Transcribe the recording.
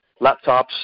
laptops